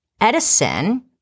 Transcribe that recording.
Edison